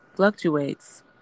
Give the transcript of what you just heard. fluctuates